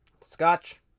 Scotch